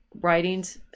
writings